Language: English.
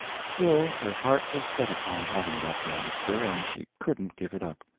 still, her heart was set upon having that monster, and she couldn't give it up.